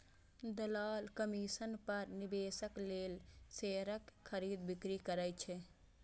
दलाल कमीशन पर निवेशक लेल शेयरक खरीद, बिक्री करै छै